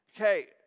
okay